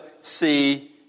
see